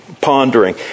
pondering